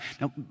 Now